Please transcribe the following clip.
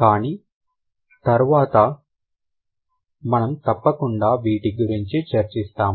కానీ తరువాత మనం తప్పకుండా వీటి గురించి చర్చిస్తాము